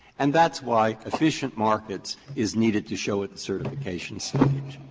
and that's why efficient markets is needed to show at the certification stage,